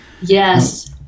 yes